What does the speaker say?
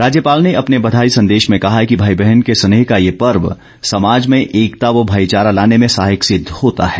राज्यपाल ने अपने बघाई संदेश में कहा कि भाई बहन के स्नेह का ये पर्व समाज में एकता व भाईचारा लाने में सहायक सिद्ध होता है